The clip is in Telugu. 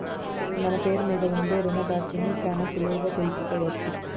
ఇప్పుడు మన పేరు మీద ఉండే రుణ బాకీని శానా సులువుగా తెలుసుకోవచ్చు